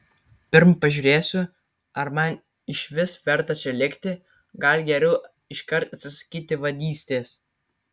pirm pažiūrėsiu ar man išvis verta čia likti gal geriau iškart atsisakyti vadystės